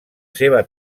seva